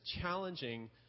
challenging